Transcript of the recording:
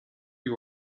you